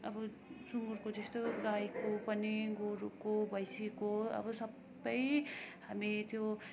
अब सुँगुरको जस्तो गाईको पनि गोरुको भैँसीको अब सबै हामी त्यो